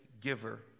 giver